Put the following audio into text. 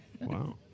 Wow